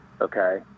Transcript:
Okay